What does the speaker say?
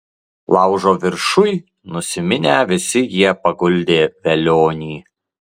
laužo viršuj nusiminę visi jie paguldė velionį